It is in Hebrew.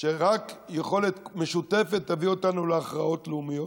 שרק יכולת משותפת תביא אותנו להכרעות לאומיות.